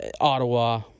Ottawa